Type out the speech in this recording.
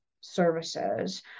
services